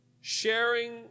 sharing